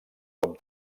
com